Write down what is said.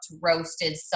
roasted